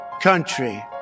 country